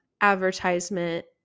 advertisement